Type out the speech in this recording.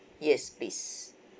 yes please